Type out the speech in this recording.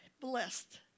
blessed